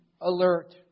alert